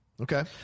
Okay